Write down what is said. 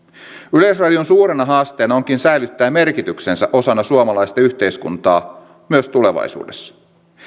yleisradion suurena haasteena onkin säilyttää merkityksensä osana suomalaista yhteiskuntaa myös tulevaisuudessa